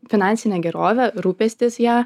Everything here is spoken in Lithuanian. finansinė gerovė rūpestis ja